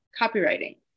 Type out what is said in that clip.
copywriting